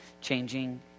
changing